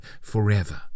forever